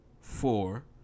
four